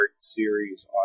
series